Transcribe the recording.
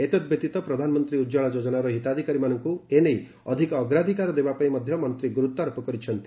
ଏତଦ୍ବ୍ୟତୀତ ପ୍ରଧାନମନ୍ତ୍ରୀ ଉଜ୍ଜ୍ୱଳା ଯୋଜନାର ହିତାଧିକାରୀମାନଙ୍କୁ ଏ ନେଇ ଅଧିକ ଅଗ୍ରାଧିକାର ଦେବା ପାଇଁ ମଧ୍ୟ ମନ୍ତ୍ରୀ ଗୁରୁତ୍ୱାରୋପ କରିଛନ୍ତି